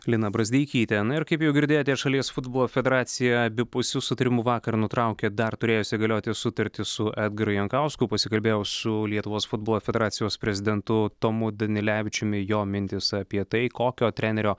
lina brazdeikytė na ir kaip jau girdėjote šalies futbolo federacija abipusiu sutarimu vakar nutraukė dar turėjusią galioti sutartį su edgaru jankausku pasikalbėjau su lietuvos futbolo federacijos prezidentu tomu danilevičiumi jo mintis apie tai kokio trenerio